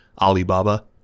Alibaba